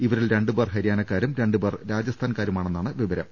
ഇവരിൽ രണ്ടുപേർ ഹരി യാനക്കാരും രണ്ടുപേർ രാജസ്ഥാൻകാരുമാണെന്നാണ് വിവ രം